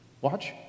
Watch